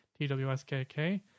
TWSKK